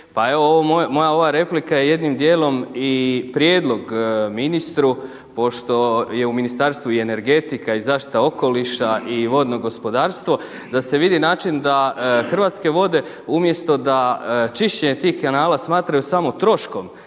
moja ova replika je jednim dijelom i prijedlog ministru pošto je u ministarstvu i energetika i zaštita okoliša i vodno gospodarstvo, da se vidi način da Hrvatske vode umjesto da čišćenje tih kanala smatraju samo troškom,